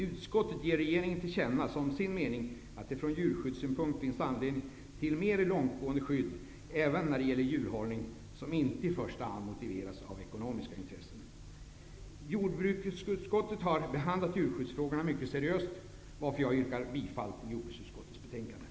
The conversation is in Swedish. Utskottet ger som sin mening regeringen till känna att det från djurskyddssynpunkt finns anledning till mer långtgående skydd även när det gäller djurhållning som inte i första hand motiveras av ekonomiska intressen. Jordbruksutskottet har behandlat djurskyddsfrågorna mycket seriöst, varför jag yrkar bifall till hemställan i betänkandet.